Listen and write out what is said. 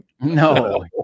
no